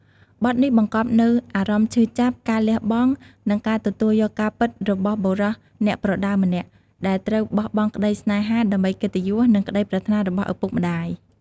បទនេះបង្កប់នូវអារម្មណ៍ឈឺចាប់ ការលះបង់ និងការទទួលយកការពិតរបស់បុរសអ្នកប្រដាល់ម្នាក់ ដែលត្រូវបោះបង់ក្តីស្នេហាដើម្បីកិត្តិយស និងក្តីប្រាថ្នារបស់ឪពុកម្តាយ។